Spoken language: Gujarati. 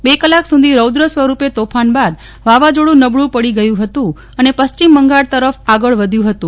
બે કલાક સુધી રોદ્ર સ્વરૂપે તોફાન બાદ વાવાઝોડું નબળું પડી ગયું હતું અને પશ્ચિમ બંગાળ તરફ આગળ વધ્યું હતું